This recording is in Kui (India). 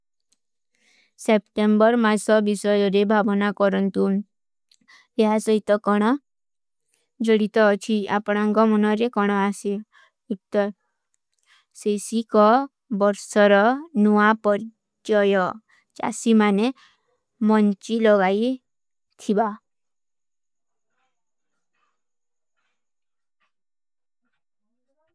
ସେପ୍ଟେଂବର ମାଈ ସାଭୀ ସାଯୋ ରେ ଭାଵନା କରନ ତୂନ। ଯହାଁ ସହୀ ତୋ କାନା। ଜଡୀ ତୋ ଅଚ୍ଛୀ ଆପରାଂଗା ମୁନା ରେ କାନା ଆସୀ। ଉତ୍ତର, ସେସୀ କୋ ବର୍ସର ନୁଆ ପର ଜଯୋ। ଚାସୀ ମାନେ ମନ୍ଚୀ ଲଗାଈ ଥୀବା।